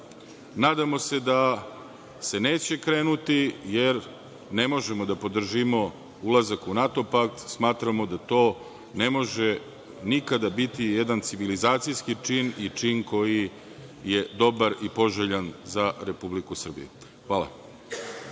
nadamo se da se neće krenuti jer ne možemo da podržimo ulazak u NATO-pakt. Smatramo da to ne može nikada biti jedan civilizacijski čin i čin koji je dobar i poželjan za Republiku Srbiju. Hvala.